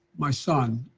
my son,